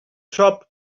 shop